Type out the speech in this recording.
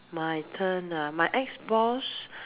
my turn ah my ex-boss